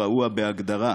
הרעוע בהגדרה,